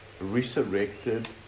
resurrected